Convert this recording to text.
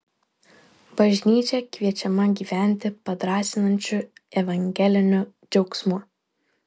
bažnyčia kviečiama gyventi padrąsinančiu evangeliniu džiaugsmu